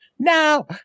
Now